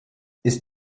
ist